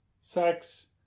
sex